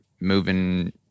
moving